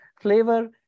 flavor